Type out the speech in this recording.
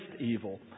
evil